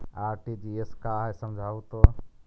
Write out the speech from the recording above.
RTGS का है समझाहू तो?